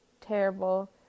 terrible